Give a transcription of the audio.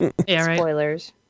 Spoilers